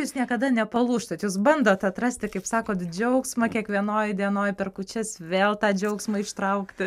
jūs niekada nepalūžtat jūs bandot atrasti kaip sakot džiaugsmą kiekvienoj dienoj per kūčias vėl tą džiaugsmą ištraukti